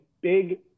big